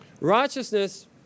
Righteousness